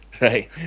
Right